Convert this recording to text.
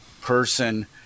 person